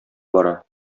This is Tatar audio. бара